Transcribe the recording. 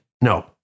No